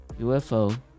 UFO